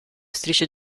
strisce